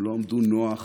הם לא עמדו נוח